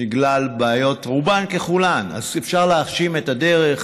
בגלל בעיות שרובן ככולן, אפשר להאשים את הדרך,